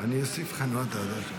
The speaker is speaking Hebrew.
אני אוסיף לך, נו, אתה יודע.